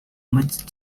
much